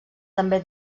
també